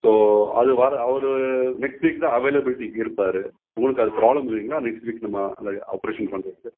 so அது வர அவர் நெக்ஸ்ட் வீக் தான் அவைலபிலிட்டி இருப்பார் உங்களுக்கு அது ப்ராப்ளம் இல்லைங்களா நெக்ஸ்ட் வீக் நம்ம அந்த ஆப்ரேஷன் பண்ணுறதுக்கு